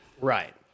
Right